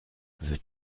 veux